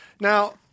Now